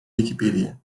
wikipedia